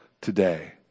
today